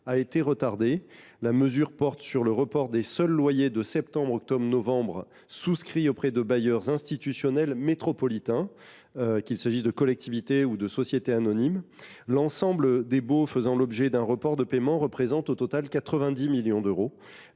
a été retardée. La mesure porte sur le report des seuls loyers de septembre, octobre et novembre souscrits auprès de bailleurs institutionnels métropolitains, collectivités ou sociétés anonymes. Les baux faisant l’objet d’un report de paiement représentent un montant total de 90 millions d’euros.